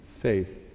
faith